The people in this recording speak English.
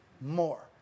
more